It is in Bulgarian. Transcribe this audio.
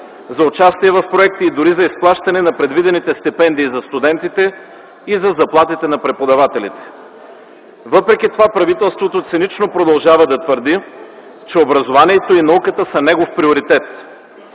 за участие в проекти и дори за изплащане на предвидените стипендии за студентите и за заплатите на преподавателите. Въпреки това правителството цинично продължава да твърди, че образованието и науката са негов приоритет.